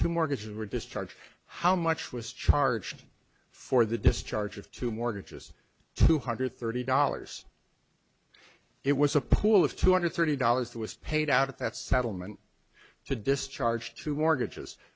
two mortgages were discharged how much was charged for the discharge of two mortgages two hundred thirty dollars it was a pool of two hundred thirty dollars that was paid out at that settlement to discharge two mortgages